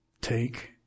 Take